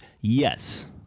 Yes